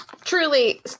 truly